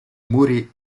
muri